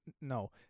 No